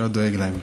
שהוא דאג להם.